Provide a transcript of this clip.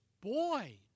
boy